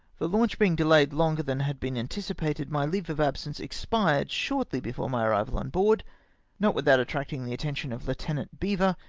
the launch bemg delayed longer than had been anticipated, my leave of absence expired shortly before my arrival on board not without attracting the attention of lieutenant beaver,